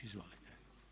Izvolite.